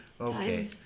okay